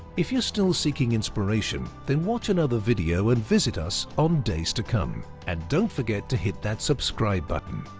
if you're still seeking inspiration, then watch another video and visit us on days to come. and don't forget to hit that subscribe button.